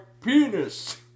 penis